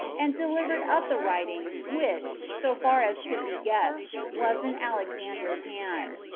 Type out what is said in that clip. and delivered up the writing, which, so far as could be guessed, was in alexander's hand.